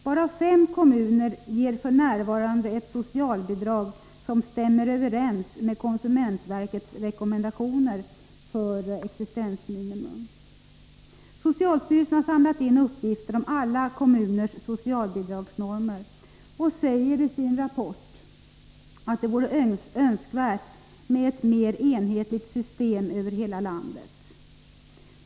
Bara fem kommuner ger f.n. ett socialbidrag som stämmer överens med konsumentverkets rekommendationer för beräkning av existensminimum. Socialstyrelsen har samlat in uppgifter om alla kommuners socialbidragsnormer. Styrelsen säger i sin rapport att det vore önskvärt med ett system som är mer enhetligt över hela landet.